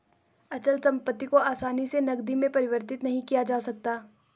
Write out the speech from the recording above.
अचल संपत्ति को आसानी से नगदी में परिवर्तित नहीं किया जा सकता है